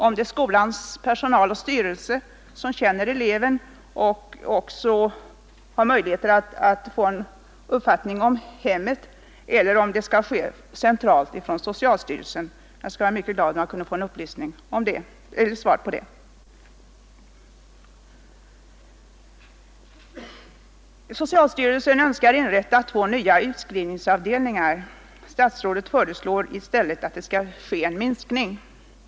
Är det skolans personal och styrelse, som känner eleven och kan skaffa sig en uppfattning om hemmet, som skall göra det? Eller skall avgörandet ske centralt i socialstyrelsen? Jag skulle vara mycket glad för ett svar på den frågan.